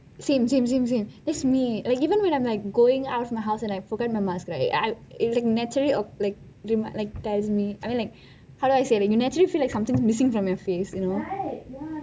same same same same happen to me even when I'm like going out in the house and I forget my mask right it will like naturally like like naturally feel like something missing from your face you know